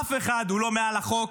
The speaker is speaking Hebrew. אף אחד הוא לא מעל החוק.